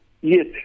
Yes